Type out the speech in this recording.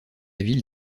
ville